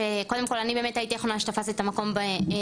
שקודם כל אני באמת הייתי אחרונה שתפסתי את המקום במעון,